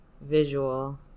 visual